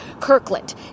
Kirkland